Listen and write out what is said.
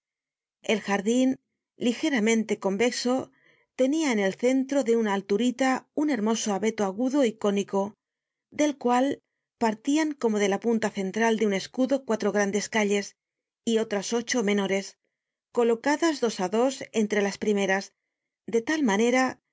el jardin ligeramente convexo tenia en el centro de una alturita un hermoso abeto agudo y cónico del cual partian como de la punta central de un escudo cuatro grandes calles y otras ocho menores colocadas dos á dos entre las primeras de tal manera